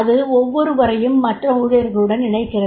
இது ஒவ்வொருவரையும் மற்ற ஊழியர்களுடன் இணைக்கிறது